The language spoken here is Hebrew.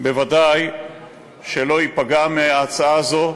בוודאי לא ייפגע מההצעה הזאת.